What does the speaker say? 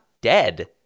dead